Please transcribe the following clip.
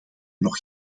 nog